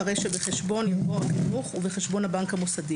אחרי "שבחשבון" יבוא "החינוך ובחשבון הבנק המוסדי"